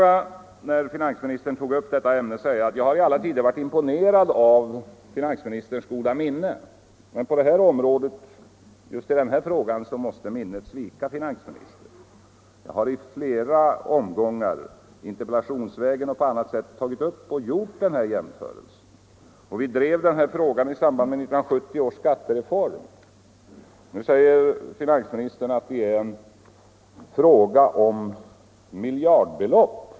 Jag har i alla tider varit imponerad av finansministerns goda minne, men just i denna fråga måste minnet svika finansministern. Jag har i flera omgångar — interpellationsvägen och på annat sätt — gjort den här jämförelsen, bl.a. när vi drev frågan i samband med 1970 års skattereform. Nu säger finansministern att det är fråga om miljardbelopp.